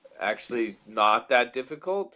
actually not that difficult